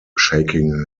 shaking